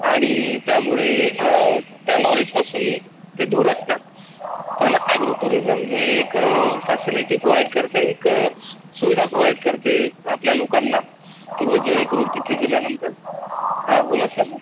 आणि त्यामुळे त्या नॉलेजपासून ते दूर असतात पण अॅग्रो टुरिजम हे एक फॅसिलिटी प्रोवाईट करते एक सुविधा प्रोवाईट करते आपल्या लोकांना किंवा जेणेकरून तिथे गेल्यानंतर हां बोला सर